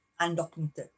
undocumented